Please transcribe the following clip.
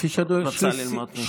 רוצה ללמוד מהן.